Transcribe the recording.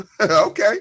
Okay